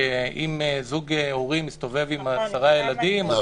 שאם זוג הורים מסתובב עם עשרה ילדים --- נכון.